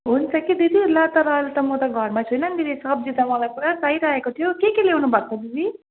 हुन्छ कि दिदी ल तर अहिले त म त घरमा छुइनँ नि दिदी सब्जी त मलाई पुरा चाहिरहेको थियो के के ल्याउनु भएको दिदी